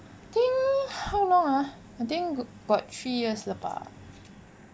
think how long ah I think about three years liao bah